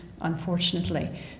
unfortunately